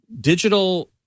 digital